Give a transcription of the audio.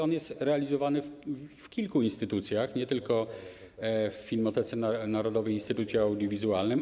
On jest realizowany w kilku instytucjach, nie tylko w Filmotece Narodowej - Instytucie Audiowizualnym.